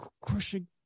crushing